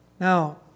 Now